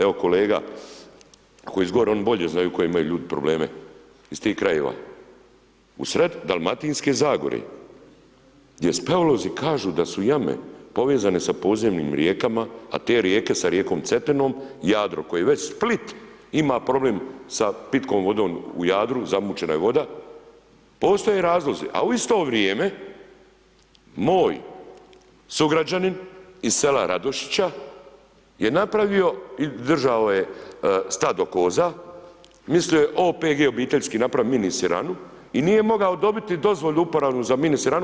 Evo kolega, koji je szogri, oni bolje znaju koje imaju ljudi probleme, iz tih krajeva, u sred Dalmatinske Zagore, gdje speolozi kažu da su jame povezane sa podzemnim rijekama, a te rijeke sa rijekom Cetinom, Jadro, koji već Split ima problem sa pitkom vodom u Jadru, zamućena je voda, postoje razlozi, a u isto vrijeme, moj sugrađanin iz sela Radušića je napravio i držao je stado koza, mislio je OPG obiteljski napraviti mini siranu i nije mogao dobiti dozvolu uporabnu za mini siranu.